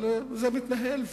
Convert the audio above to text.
אבל זה מתנהל,